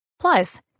Plus